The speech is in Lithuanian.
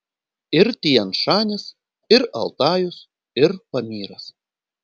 ir tian šanis ir altajus ir pamyras